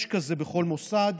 יש כזה בכל מוסד,